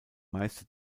meiste